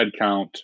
headcount